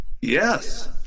Yes